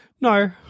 no